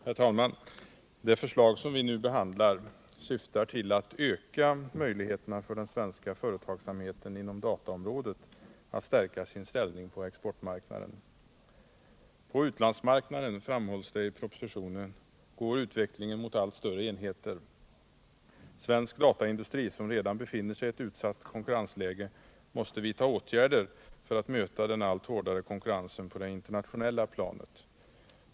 Herr talman! Det förslag som vi nu behandlar syftar till att öka möjligheterna för den svenska företagsamheten inom dataområdet att stärka sin ställning på exportmarknaden. På utlandsmarknaden, framhålls det i propositionen, går utvecklingen mot allt större enheter. Svensk dataindustri, som redan befinner sig i ett utsatt konkurrensläge, måste vidta åtgärder för att möta den allt hårdare konkurrensen på det internationella planet.